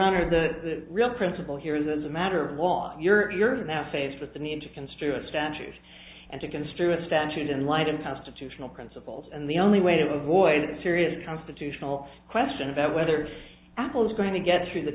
honor the real principle here is as a matter of law you're that faced with the need to construe a statute and to construe a statute in light of constitutional principles and the only way to avoid a serious constitutional question of whether apple is going to get through the